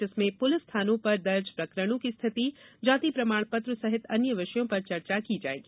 जिसमें पुलिस थानों पर दर्ज प्रकरणों की स्थिति जाति प्रमाण पत्र सहित अन्य विषयों पर चर्चा की जायेगी